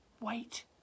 wait